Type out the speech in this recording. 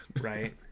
right